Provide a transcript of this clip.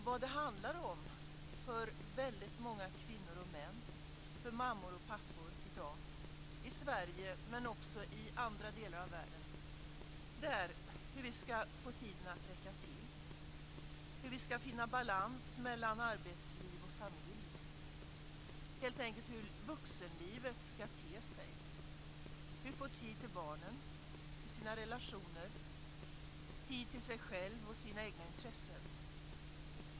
Vad det handlar om för många kvinnor och män, för mammor och pappor i dag, i Sverige men också i andra delar av världen är hur vi ska få tiden att räcka till. Hur ska vi finna balans mellan arbetsliv och familj? Det handlar helt enkelt om hur vuxenlivet ska te sig. Hur ska man få tid till barnen, till sina relationer och tid till sig själv och till sina egna intressen?